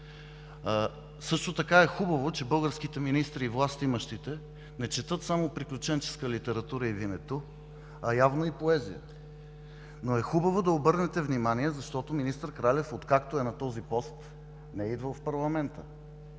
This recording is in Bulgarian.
Също така е хубаво, че българските министри и властимащите не четат само приключенска литература и „Винету“, а явно и поезия. Но е хубаво да обърнете внимание, защото министър Кралев, откакто е на този пост, не е идвал в парламента,